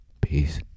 Peace